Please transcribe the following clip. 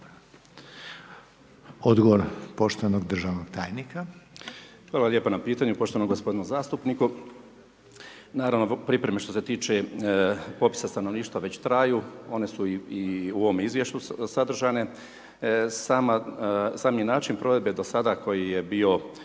Odgovor poštovanog Državnog tajnika **Zrinušić, Zdravko** Hvala lijepo na pitanju poštovanom gospodinu zastupniku. Naravno pripreme što se tiče popisa stanovništva već traju, one su i u ovom izvješću sadržane, sami način provedbe koji je bio